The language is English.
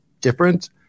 different